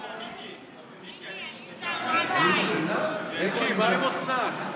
מיקי, עליזה אמרה די.